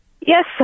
Yes